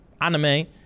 anime